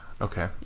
okay